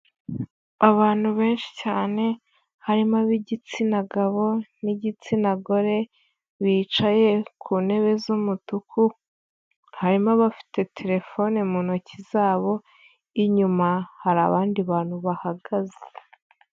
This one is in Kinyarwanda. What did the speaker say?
Abantu benshi cyane harimo ab'igitsina gabo n'igitsina gore, bicaye ku ntebe z'umutuku, harimo abafite terefone mu ntoki zabo, inyuma hari abandi bantu bahagaze.